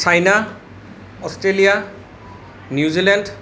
China Australia New Zealand